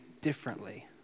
differently